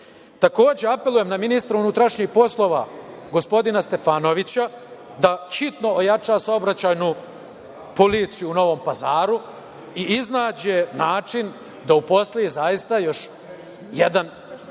apelujem na ministra unutrašnjih poslova gospodina Stefanovića da hitno ojača saobraćajnu policiju u Novom Pazaru i iznađe način da uposli, zaista, još jedan